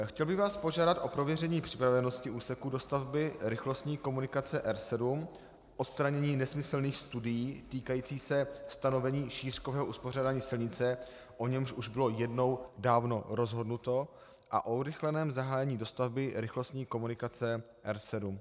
Chtěl bych vás požádat o prověření připravenosti úseku dostavby rychlostní komunikace R7, odstranění nesmyslných studií týkajících se stanovení šířkového uspořádání silnice, o němž už bylo jednou dávno rozhodnuto, a o urychleném zahájení dostavby rychlostní komunikace R7.